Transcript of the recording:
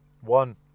one